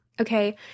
okay